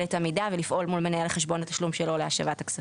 את המידע ולפעול מול מנהל חשבון התשלום שלו להשבת הכספים.